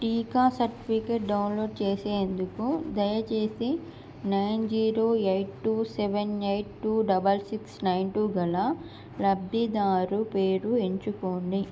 టీకా certificate download చేసేందుకు దయచేసి nine zero eight two seven eight two double six nine two గల లబ్ధిదారు పేరు ఎంచుకోండి